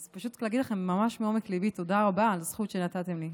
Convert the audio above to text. אז פשוט להגיד לכם ממש מעומק ליבי תודה רבה על הזכות שנתתם לי.